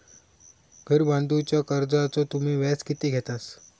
घर बांधूच्या कर्जाचो तुम्ही व्याज किती घेतास?